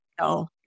No